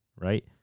right